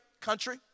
country